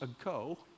ago